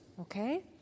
okay